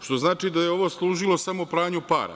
Što znači da ovo služilo samo pranju para.